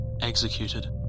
executed